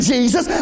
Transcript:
Jesus